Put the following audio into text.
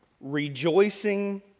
Rejoicing